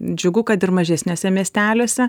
džiugu kad ir mažesnėse miesteliuose